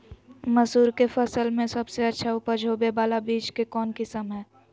मसूर के फसल में सबसे अच्छा उपज होबे बाला बीज के कौन किस्म हय?